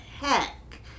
heck